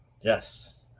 Yes